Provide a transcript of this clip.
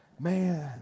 man